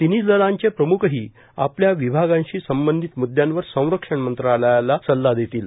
तिन्ही दलांचे प्रम्खही आपापल्या विभागांशी संबंधित मृद्दयांवर संरक्षण मंत्रालयाला सल्ला देतील